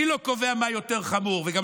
אני לא קובע מה יותר חמור ומה יותר גרוע,